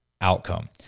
outcome